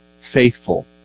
faithful